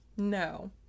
No